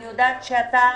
אני יודעת שאתה